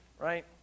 Right